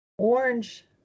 orange